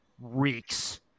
reeks